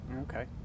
Okay